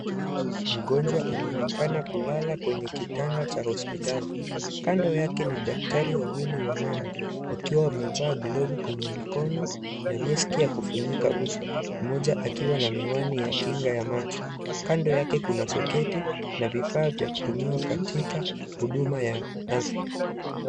Mkonjwa anaonekana kulala kwenye kitanda cha hospitali. Kando yake, ni daktari wawili wamama, wakiwa wamevaa glovu kwenye mikono na maski ya kufunika uso. Mmoja akiwa na miwani ya kinga ya macho. Kando yake, kuna (cs) soketi (cs) na vifaa vya kutumiwa katika huduma ya afya.